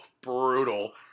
brutal